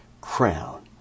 crown